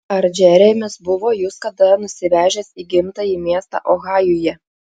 ar džeremis buvo jus kada nusivežęs į gimtąjį miestą ohajuje